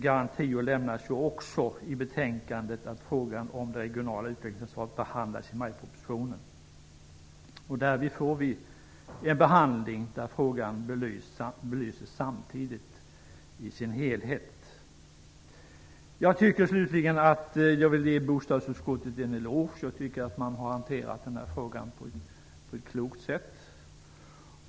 Garantier lämnas också i betänkandet om att frågan om det regionala utvecklingsansvaret skall behandlas i majpropositionen. Därmed får vi en behandling där frågan belyses i sin helhet. Slutligen vill jag ge bostadsutskottet en eloge. Man har hanterat frågan på ett klokt sätt.